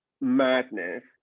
madness